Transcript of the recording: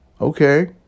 okay